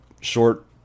short